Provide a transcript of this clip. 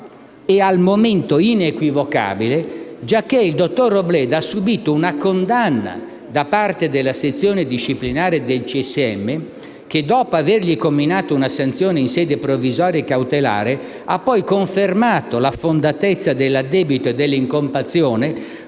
il dottor Robledo ha subito una condanna da parte della sezione disciplinare del CSM che, dopo avergli inflitto una sanzione in sede provvisoria e cautelare, ha poi confermato la fondatezza dell'addebito e dell'incolpazione,